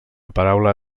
paraula